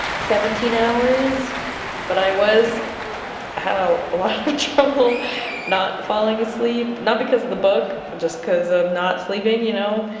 seventeen hours but i was i had a lot of trouble not falling asleep, not because of the book just because ah i'm not sleeping you know,